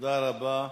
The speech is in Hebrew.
תודה רבה.